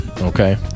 Okay